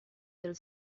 del